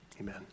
amen